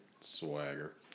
Swagger